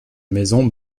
maison